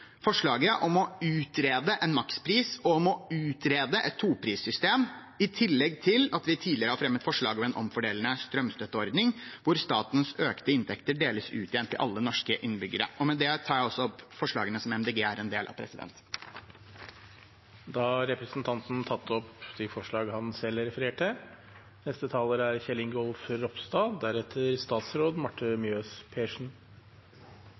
forslaget om å utrede en makspris og forslaget om å utrede et toprissystem, i tillegg til at vi tidligere har fremmet forslag om en omfordelende strømstøtteordning, hvor statens økte inntekter deles ut igjen til alle norske innbyggere. Kristelig Folkepartis utgangspunkt er at strøm er et fellesgode. Det at vi har billig strøm i Norge, er